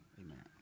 amen